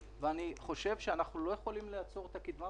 אני לא בטוח שהייתי רוצה שהפרטים שלי יהיו בידי כל אחד.